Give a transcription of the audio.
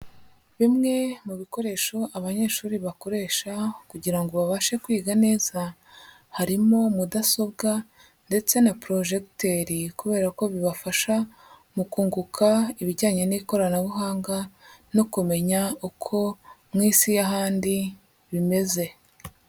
Bimwe mu bikoresho abanyeshuri bakoresha kugira ngo babashe kwiga neza, harimo mudasobwa ndetse na porojegiteri kubera ko bibafasha mu kunguka ibijyanye n'ikoranabuhanga no kumenya uko mu isi y'ahandi bimeze.